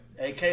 AK